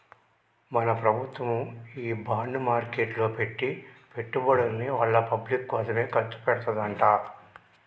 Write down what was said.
మన ప్రభుత్వము ఈ బాండ్ మార్కెట్లో పెట్టి పెట్టుబడుల్ని వాళ్ళ పబ్లిక్ కోసమే ఖర్చు పెడతదంట